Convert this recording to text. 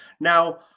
now